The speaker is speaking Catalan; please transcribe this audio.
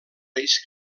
reis